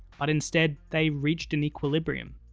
but instead they reached an equilibrium.